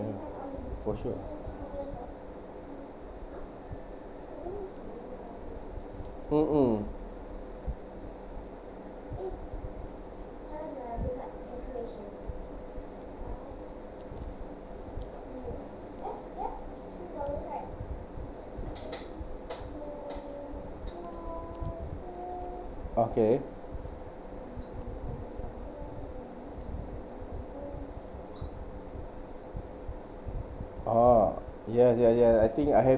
mm for sure mm okay orh ya ya ya I think I have